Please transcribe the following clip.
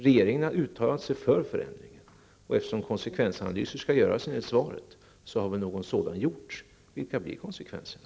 Regeringen har uttalat sig för förändringen. Eftersom det enligt svaret skall göras en konsekvensanalys har väl en sådan gjorts. Vilka blir konsekvenserna?